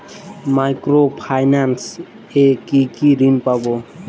Micro finance এ কি কি ঋণ পাবো?